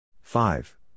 five